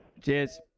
Cheers